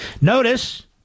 Notice